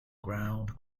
ground